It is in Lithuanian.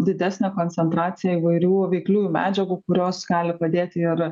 didesnę koncentraciją įvairių veikliųjų medžiagų kurios gali padėti ir